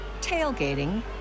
tailgating